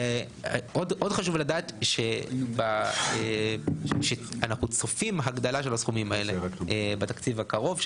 עוד חשוב לדעת שאנחנו צופים הגדלה של הסכומים האלה בתקציב הקרוב,